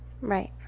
Right